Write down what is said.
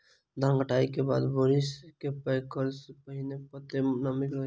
धान कटाई केँ बाद बोरी मे पैक करऽ सँ पहिने कत्ते नमी रहक चाहि?